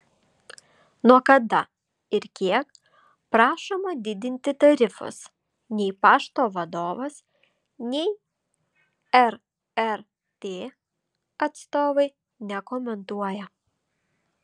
nuo kada ir kiek prašoma didinti tarifus nei pašto vadovas nei rrt atstovai nekomentuoja